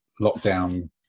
lockdown